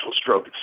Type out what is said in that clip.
stroke